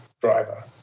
driver